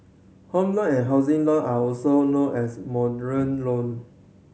Home Loan and housing loan are also known as loan